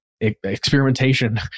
experimentation